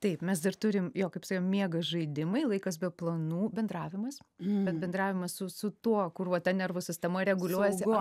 taip mes dar turim jo kaip sakiau miegas žaidimai laikas be planų bendravimas bet bendravimas su su tuo kur vat ta nervų sistema reguliuojasi